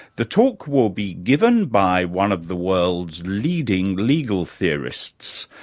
the talk will be given by one of the world's leading legal theorists,